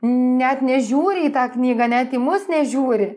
net nežiūri į tą knygą net į mus nežiūri